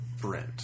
Brent